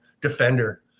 defender